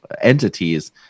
entities